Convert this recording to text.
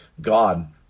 God